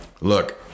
look